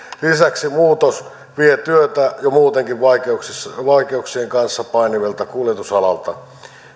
lisäksi muutos vie työtä jo muutenkin vaikeuksien vaikeuksien kanssa painivalta kuljetusalalta